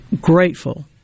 grateful